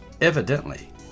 Evidently